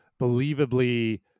believably